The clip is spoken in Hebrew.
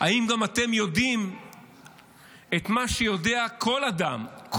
אם גם אתם יודעים את מה שיודע כל אדם,